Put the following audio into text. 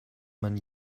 man